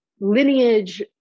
lineage